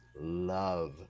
Love